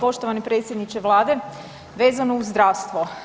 Poštovani predsjedniče vlade, vezano uz zdravstvo.